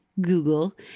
Google